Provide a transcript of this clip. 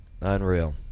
Unreal